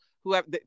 whoever